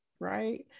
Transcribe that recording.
right